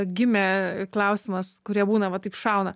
gimė klausimas kurie būna va taip šauna